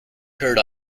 heard